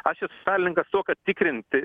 aš esu šalininkas to kad tikrinti